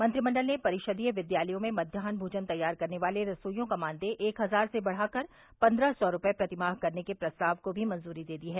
मंत्रिमंडल ने परिषदीय विद्यालयों में मध्यान्ह भोजन तैयार करने वाले रसोइयों का मानदेय एक हज़ार से बढ़ाकर पन्द्रह सौ रूपये प्रतिमाह करने के प्रस्ताव को भी मंजूरी दे दी है